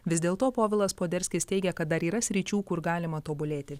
vis dėlto povilas poderskis teigia kad dar yra sričių kur galima tobulėti